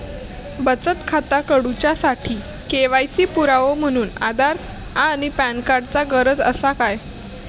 बचत खाता काडुच्या साठी के.वाय.सी पुरावो म्हणून आधार आणि पॅन कार्ड चा गरज आसा काय?